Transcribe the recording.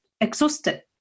exhausted